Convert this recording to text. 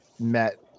met